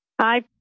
Hi